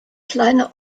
kleine